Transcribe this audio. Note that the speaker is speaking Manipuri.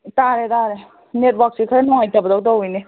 ꯇꯥꯔꯦ ꯇꯥꯔꯦ ꯅꯦꯠꯋꯥꯛꯁꯦ ꯈꯔ ꯅꯨꯡꯉꯥꯏꯇꯕꯇꯧꯅ ꯇꯧꯏꯅꯦ